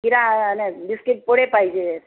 किरा नाही बिस्किट पुडे पाहिजे